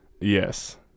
Yes